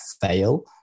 fail